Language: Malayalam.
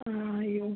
അയ്യോ